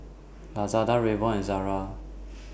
Lazada Revlon and Zara